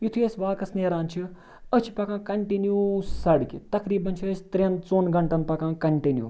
یُتھُے أسۍ واکَس نیران چھِ أسۍ چھِ پَکان کَنٹِنیوٗ سڑکہِ تقریٖبن چھِ أسۍ ترٛٮ۪ن ژوٚن گںٹَن پَکان کَنٹِنیوٗ